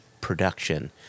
production